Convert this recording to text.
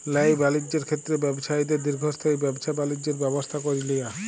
ল্যায় বালিজ্যের ক্ষেত্রে ব্যবছায়ীদের দীর্ঘস্থায়ী ব্যাবছা বালিজ্যের ব্যবস্থা ক্যরে লিয়া